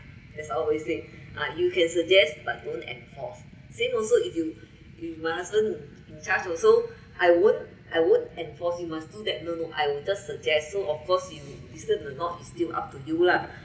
that's what I always said ah you can suggest but don't enforce same also if you if my husband in charge also I won't I won't enforce you must do that no no I will just suggest so of course you is still or not is up to you lah